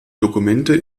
dokumente